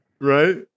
Right